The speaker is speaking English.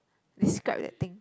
describe that thing